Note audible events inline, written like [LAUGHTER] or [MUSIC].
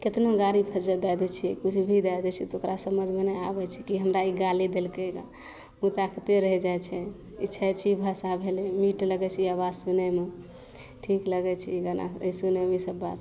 कतनो गारि फज्झति दै दै छिए किछु भी दै दै छिए तऽ ओकरा समझमे नहि आबै छै कि हमरा ई गाली देलकै रऽ मुँह ताकिते रहि जाइ छै ई छै छी भाषा भेलै मिठ लगै छै ई आवाज सुनैमे ठीक लगै छै ई [UNINTELLIGIBLE] ईसब बात